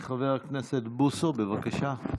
חבר הכנסת בוסו, בבקשה.